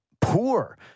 poor